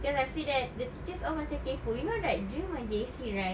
because I feel that the teachers all macam kaypoh you know like during my J_C right